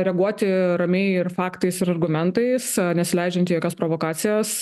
reaguoti ramiai ir faktais ir argumentais nesileidžiant į jokias provokacijas